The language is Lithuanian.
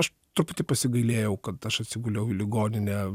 aš truputį pasigailėjau kad aš atsiguliau į ligoninę